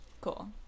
Cool